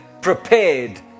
prepared